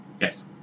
yes